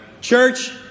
church